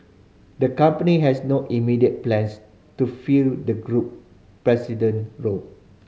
the company has no immediate plans to fill the group president role